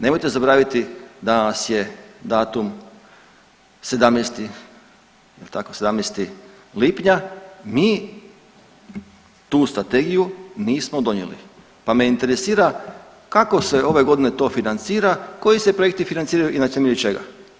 Nemojte zaboraviti danas je datum 17. jel tako 17. lipnja mi tu strategiju nismo donijeli, pa me interesira kako se ove godine to financira, koji se projekti financiraju i na temelju čega.